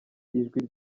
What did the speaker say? ijwi